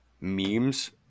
memes